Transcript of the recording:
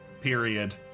period